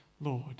Lord